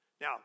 Now